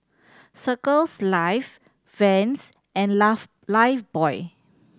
Circles Life Vans and Laugh Lifebuoy